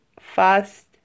fast